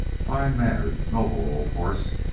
fine-mannered, noble old horse,